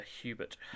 Hubert